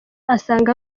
asanga